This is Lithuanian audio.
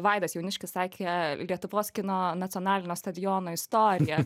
vaidas jauniškis sakė lietuvos kino nacionalinio stadiono istorija